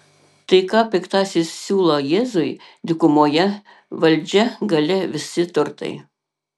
tai ką piktasis siūlo jėzui dykumoje valdžia galia visi turtai